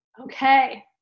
Okay